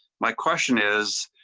my question is.